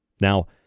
now